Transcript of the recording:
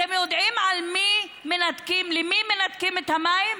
אתם יודעם למי מנתקים את המים?